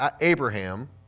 Abraham